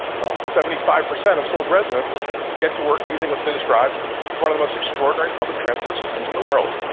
well, seventy five percent of seoul's residents get to work using what's been described as one of the most extraordinary public transport systems in the world.